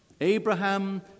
Abraham